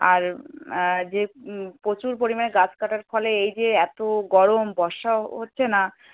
আর যে প্রচুর পরিমাণে গাছ কাটার ফলে এই যে এতো গরম বর্ষাও হচ্ছে না